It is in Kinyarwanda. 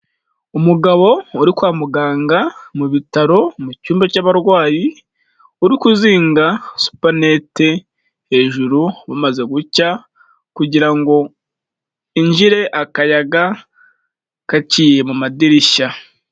Umugabo uri kwa muganga mu bitaro mu cyumba cy'abarwayi, uri kuzinga supanete hejuru bumaze gucya kugira ngo hinjire akayaga gaciye mu madirishya.